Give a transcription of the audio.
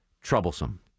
troublesome